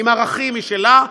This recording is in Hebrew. עם ערכים משלה,